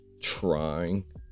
trying